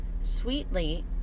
sweetly